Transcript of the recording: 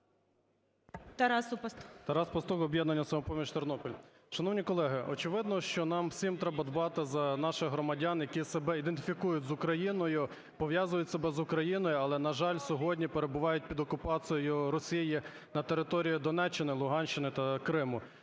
Тарас Пастух, "Об'єднання "Самопоміч", Тернопіль. Шановні колеги, очевидно, що нам всім треба дбати за наших громадян, які себе ідентифікують з Україною, пов'язують себе з Україною, але, на жаль, сьогодні перебувають під окупацією Росії на території Донеччини, Луганщини та Криму.